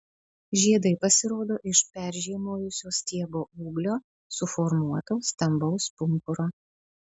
žiedai pasirodo iš peržiemojusio stiebo ūglio suformuoto stambaus pumpuro